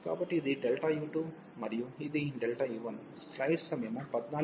కాబట్టి ఇది u2 మరియు ఇది u1